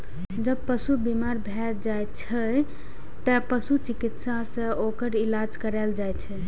जब पशु बीमार भए जाइ छै, तें पशु चिकित्सक सं ओकर इलाज कराएल जाइ छै